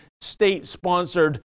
state-sponsored